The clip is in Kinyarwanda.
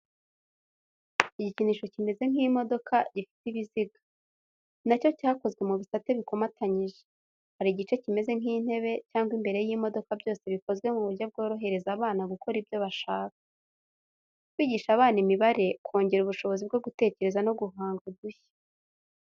Igikinisho kimeze nk’imodoka gifite ibiziga. Nacyo cyakozwe mu bisate bikomatanyije. Hari igice kimeze nk’intebe cyangwa imbere y’imodoka byose bikozwe mu buryo bworohereza abana gukora ibyo bashaka. Kwigisha abana imibare kongera ubushobozi bwo gutekereza no guhanga udushya.